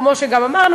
כמו שגם אמרנו,